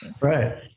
Right